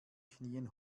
knien